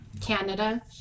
canada